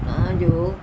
ਤਾਂ ਜੋ